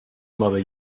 mother